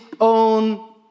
own